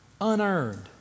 unearned